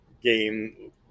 game